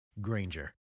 Granger